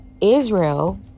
Israel